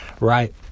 right